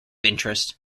interest